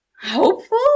hopeful